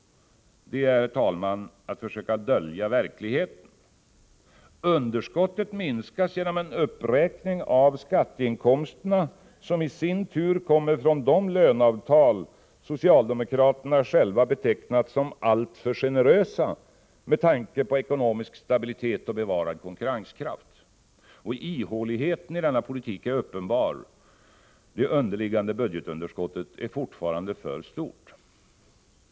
Det är, herr talman, att försöka dölja verkligheten. Underskottet minskas genom en uppräkning av skatteinkomsterna som i sin tur kommer från de löneavtal socialdemokraterna själva betecknat som alltför generösa med tanke på ekonomisk stabilitet och bevarad konkurrenskraft. Ihåligheten i denna politik är uppenbar. Det underliggande budgetunderskottet är fortfarande för stort.